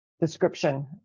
description